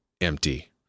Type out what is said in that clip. empty